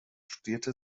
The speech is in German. studierte